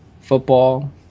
football